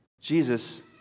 Jesus